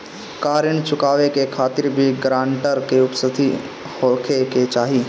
का ऋण चुकावे के खातिर भी ग्रानटर के उपस्थित होखे के चाही?